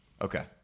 Okay